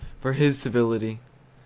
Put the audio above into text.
for his civility.